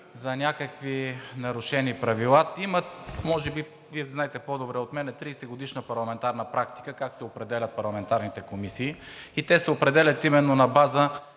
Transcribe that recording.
за някакви нарушени правила. Може би Вие знаете по-добре от мен, има 30-годишна парламентарна практика как се определят парламентарните комисии. Те се определят именно на база